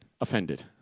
offended